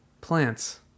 plants